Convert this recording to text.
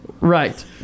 Right